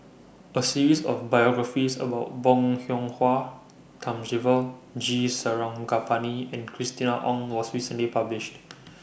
A series of biographies about Bong Hiong Hwa Thamizhavel G Sarangapani and Christina Ong was recently published